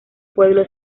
pueblo